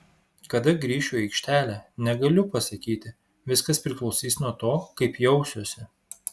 kada grįšiu į aikštelę negaliu pasakyti viskas priklausys nuo to kaip jausiuosi